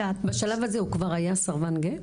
בשלב הזה הוא כבר היה סרבן גט?